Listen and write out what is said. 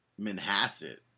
Manhasset